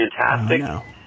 fantastic